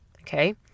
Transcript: okay